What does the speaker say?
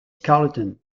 carleton